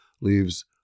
leaves